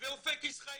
ואופק ישראלי?